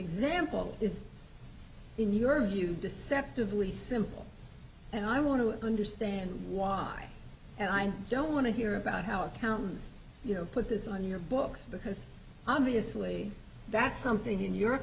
example is in your view deceptively simple and i want to understand why and i don't want to hear about how accountants you know put this on your books because obviously that's something in